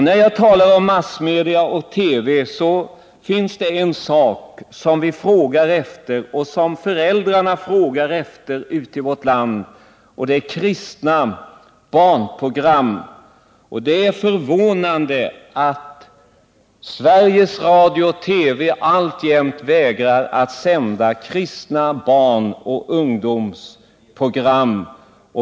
På tal om massmedia och TV vill jag också framhålla att det finns program som vi frågar efter och som föräldrarna frågar efter ute i vårt land, nämligen kristna barnprogram. Det är förvånande att Sveriges Radio och TV alltjämt vägrar att sända kristna barnoch ungdomsprogram.